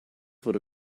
wurde